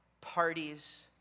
parties